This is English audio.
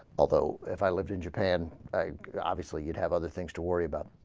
although if i lived in japan bag obviously you have other things to worry about ah.